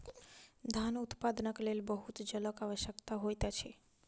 धान उत्पादनक लेल बहुत जलक आवश्यकता होइत अछि